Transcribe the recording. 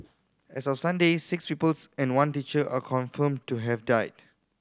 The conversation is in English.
as of Sunday six pupils and one teacher are confirmed to have died